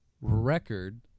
record